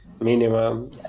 Minimum